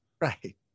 Right